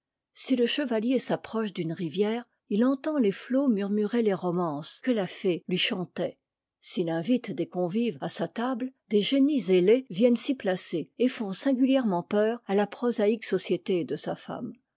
si le chevalier s'approche d'une rivière il entend les flots murmurer les romances que la fée lui chantait s'il invite des convives à sa table des génies ailés viennent s'y placer et font singulièrement peur à la prosaïque société de sa femme